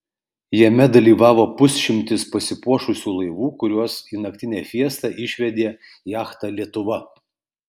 jame dalyvavo pusšimtis pasipuošusių laivų kuriuos į naktinę fiestą išvedė jachta lietuva